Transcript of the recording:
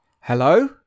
Hello